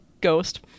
ghost